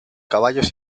caballos